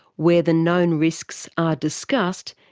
where the known risks are discussed,